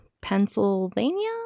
Pennsylvania